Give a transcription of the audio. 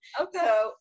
Okay